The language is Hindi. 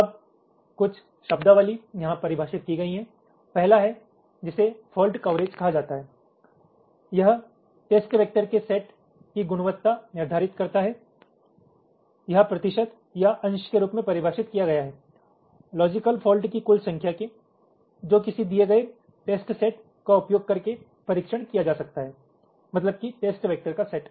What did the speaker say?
अब कुछ शब्दावली यहां परिभाषित की गई हैं पहला है जिसे फॉल्ट कवरेज कहा जाता है यह टेस्ट वैक्टर के सेट की गुणवत्ता निर्धारित करता है यह प्रतिशत या अंश के रूप में परिभाषित किया गया है लोजिकल फॉल्ट की कुल संख्या के जो किसी दिए गए टेस्ट सेट का उपयोग करके परीक्षण किया जा सकता है मतलब कि टेस्ट वैक्टर का सेट